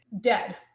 dead